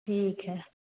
ठीक है